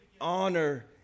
Honor